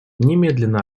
немедленно